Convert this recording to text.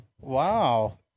Wow